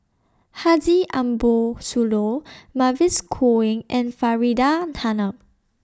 Haji Ambo Sooloh Mavis Khoo Oei and Faridah Hanum